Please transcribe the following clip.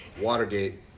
Watergate